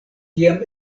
tiam